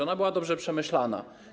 Ona była dobrze przemyślana.